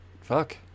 fuck